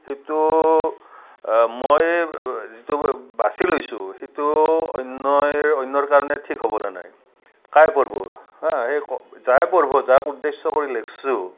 সেইটো মই যিটো বাচি লৈছোঁ সেইটো অন্য অন্যৰ কাৰণে ঠিক হ'বনে নাই কাই পঢ়িব হা যিপঢ়িব যাক উদ্দেশ্য কৰি লিখিছোঁ